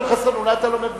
אולי אתה לא מבין.